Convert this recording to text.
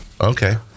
Okay